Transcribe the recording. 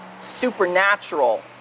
supernatural